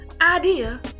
idea